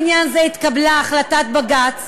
בג"ץ,